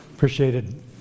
appreciated